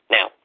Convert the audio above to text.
Now